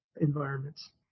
environments